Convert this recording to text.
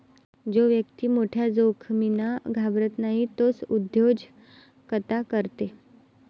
जो व्यक्ती मोठ्या जोखमींना घाबरत नाही तोच उद्योजकता करते